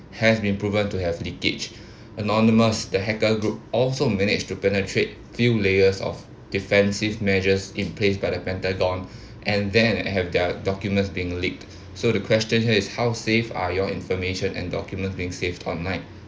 has been proven to have leakage Anonymous the hacker group also managed to penetrate few layers of defensive measures in place by the pentagon and then have their documents being leaked so the question is how safe are your information and documents being saved online